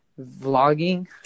vlogging